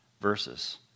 verses